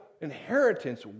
inheritance